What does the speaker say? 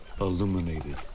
illuminated